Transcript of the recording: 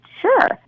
sure